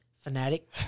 fanatic